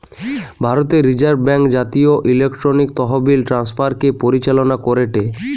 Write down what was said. ভারতের reserve bank জাতীয় electronic তহবিল ট্রান্সফার কে পরিচালনা করেটে